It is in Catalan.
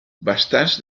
bastants